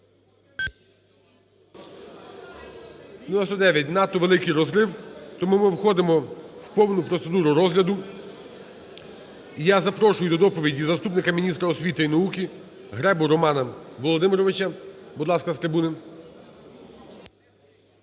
99, надто великий розрив, тому ми входимо в повну процедуру розгляду. І я запрошую до доповіді заступника міністра освіти і науки Гребу Романа Володимировича. Будь ласка, з трибуни.